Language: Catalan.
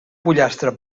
pollastre